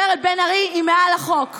בן-ארי מותר, אז לכולם מותר.